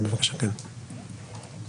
אני